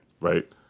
right